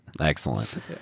Excellent